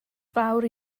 fawr